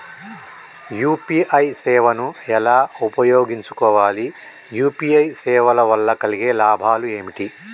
UPI సేవను ఎలా ఉపయోగించు కోవాలి? యూ.పీ.ఐ సేవల వల్ల కలిగే లాభాలు ఏమిటి?